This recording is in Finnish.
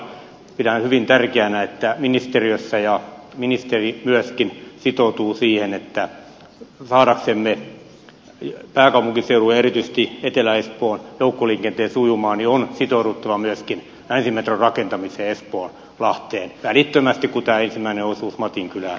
pidän hyvin tärkeänä että ministeriö ja ministeri myöskin sitoutuvat siihen että saadaksemme pääkaupunkiseudun ja erityisesti etelä espoon joukkoliikenteen sujumaan niin on sitouduttava myöskin länsimetron rakentamiseen espoonlahteen välittömästi kun tämä ensimmäinen osuus matinkylään valmistuu